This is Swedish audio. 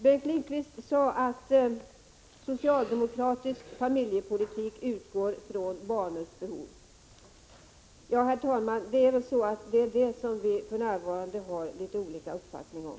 Bengt Lindqvist sade att den socialdemokratiska familjepolitiken utgår från barnens behov. Ja, herr talman, det är om detta vi för närvarande har litet olika uppfattningar.